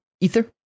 ether